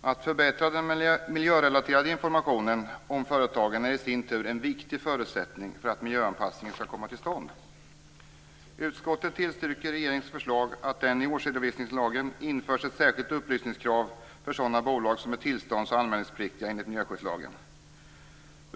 Att förbättra den miljörelaterade informationen om företagen är i sin tur en viktig förutsättning för att miljöanpassningen skall komma till stånd. Utskottet tillstyrker regeringens förslag att det i årsredovisningslagen införs ett särskilt upplysningskrav för sådana bolag som är tillstånds och anmälningspliktiga enligt miljöskyddslagen.